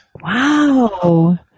Wow